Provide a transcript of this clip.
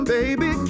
Baby